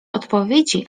odpowiedzi